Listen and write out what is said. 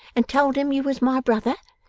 and told em you was my brother,